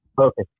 Okay